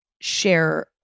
share